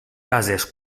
bases